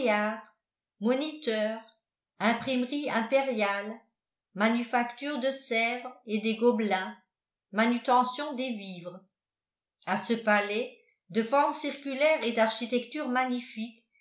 moniteur imprimerie impériale manufacture de sèvres et des gobelins manutention des vivres à ce palais de forme circulaire et d'architecture magnifique